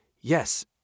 yes